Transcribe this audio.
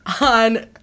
on